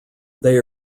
they